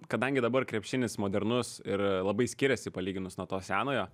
kadangi dabar krepšinis modernus ir labai skiriasi palyginus nuo to senojo